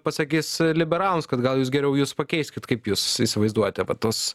pasakys liberalams kad gal jūs geriau juos pakeiskit kaip jūs įsivaizduojate vat tas